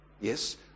Yes